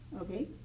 Okay